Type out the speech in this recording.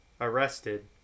arrested